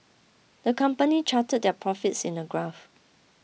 the company charted their profits in a graph